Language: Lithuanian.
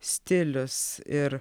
stilius ir